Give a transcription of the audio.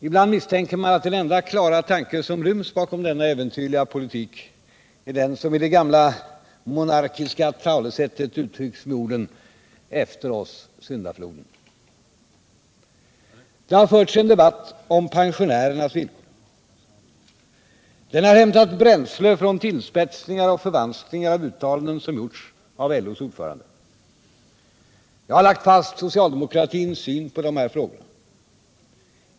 Ibland misstänker man att den enda klara tanke som ryms bakom denna äventyrliga politik är den som i det gamla monarkiska talesättet uttrycks med orden: efter oss syndafloden. Det har förts en debatt om pensionärernas villkor. Den har hämtat bränsle från tillspetsningar och förvanskningar av uttalanden som gjorts av LO:s ordförande. Jag har lagt fast socialdemokratins syn på dessa frågor.